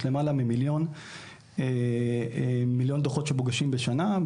יש למעלה ממיליון דוחות שמוגשים בשנה.